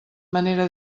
manera